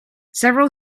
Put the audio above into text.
several